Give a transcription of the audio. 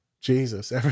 Jesus